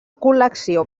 col·lecció